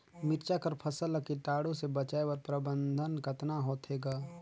मिरचा कर फसल ला कीटाणु से बचाय कर प्रबंधन कतना होथे ग?